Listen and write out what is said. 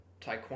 Taekwondo